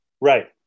Right